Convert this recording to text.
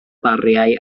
bariau